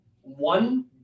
one